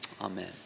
Amen